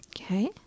Okay